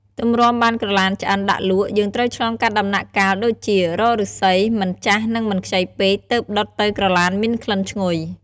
ទម្រាំបានក្រឡានឆ្អិនដាក់លក់ យើងត្រូវឆ្លងកាត់ដំណាក់កាលដូចជា រកឫស្សី មិនចាស់និងមិនខ្ចីពេកទើបដុតទៅក្រឡានមានក្លិនឈ្ងុយ។